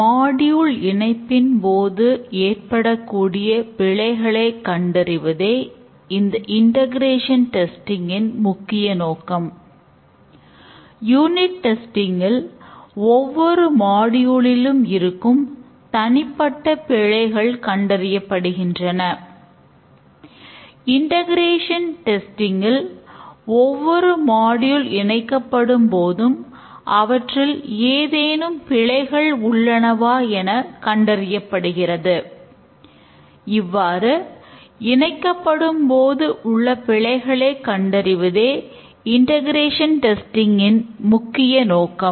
module இணைப்பின் போது ஏற்படக்கூடிய பிழைகளை கண்டறிவதே இந்த இண்டெகரேஷன் டெஸ்டிங் இன் முக்கிய நோக்கம்